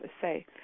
say